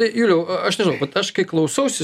juliau aš nežinau vat aš kai klausausi